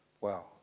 Wow